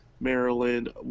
Maryland